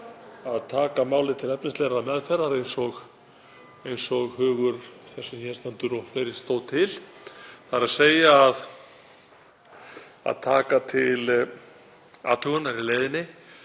að taka málið til efnislegrar meðferðar eins og hugur þess sem hér stendur og fleiri stóð til, þ.e. að taka til athugunar í leiðinni